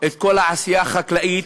את כל העשייה החקלאית,